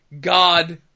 God